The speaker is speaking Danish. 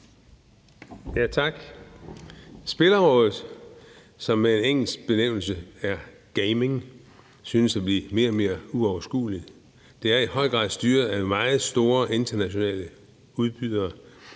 Tak. Spilområdet, som med en engelsk benævnelse hedder gaming, synes at blive mere og mere uoverskueligt. Det er i høj grad styret af meget store internationale udbydere,